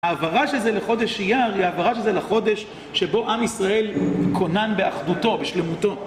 העברה שזה לחודש אייר היא העברה שזה לחודש שבו עם ישראל קונן באחדותו, בשלמותו.